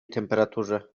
temperaturze